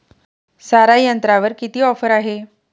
सारा यंत्रावर किती ऑफर आहे?